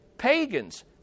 Pagans